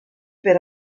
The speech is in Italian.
per